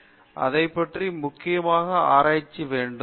விஸ்வநாதன் எனவே அதை பற்றி முக்கியமாக ஆராய்ச்சிக்கு வேண்டும்